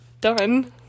done